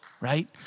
Right